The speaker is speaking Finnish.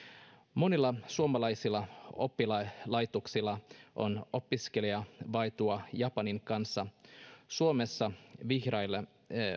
monilla suomalaisilla oppilaitoksilla on opiskelijavaihtoa japanin kanssa suomessa vierailee